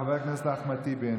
חבר הכנסת אחמד טיבי,